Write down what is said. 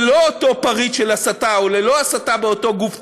אולי ללא אותו פריט של הסתה או ללא הסתה באותו גוף תקשורת,